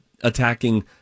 attacking